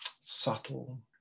subtle